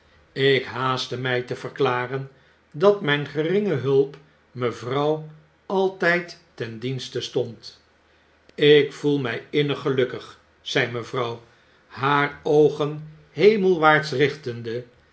ik haaste my te verklaren dat myn geringe hulp mevrouw altyd ten dienste stond jk gevoel my innig gelukkig zei mevrouw haar oogen hemelwaarts richtende